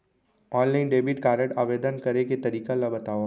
Online debit card आवेदन करे के तरीका ल बतावव?